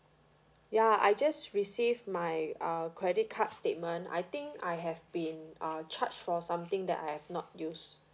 ya I just received my uh credit card statement I think I have been uh charge for something that I've not use